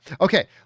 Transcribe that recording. Okay